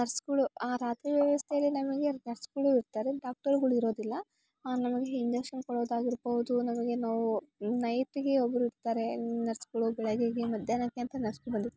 ನರ್ಸ್ಗುಳು ಆ ರಾತ್ರಿಯ ವ್ಯವಸ್ಥೆಗೆ ನಮಗೆ ನರ್ಸ್ಗಳು ಇರ್ತಾರೆ ಡಾಕ್ಟರ್ಗಳು ಇರೋದಿಲ್ಲ ನಮಗೆ ಇಂಜಕ್ಷನ್ ಕೊಡೋದಾಗಿರ್ಬೋದು ನಮಗೆ ನೋವು ನೈಟ್ಗೆ ಒಬ್ರು ಇರ್ತಾರೆ ನರ್ಸ್ಗಳು ಬೆಳಗ್ಗೆಗೆ ಮಧ್ಯಾಹ್ನಕ್ಕೆ ಅಂತ ನರ್ಸ್ ಬಂದಿರ್ತಾರೆ